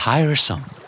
Tiresome